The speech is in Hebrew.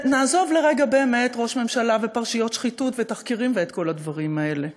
נעזוב לרגע ראש ממשלה ופרשיות שחיתות ותחקירים ואת כל הדברים האלה.